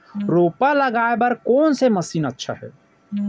रोपा लगाय बर कोन से मशीन अच्छा हे?